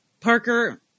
Parker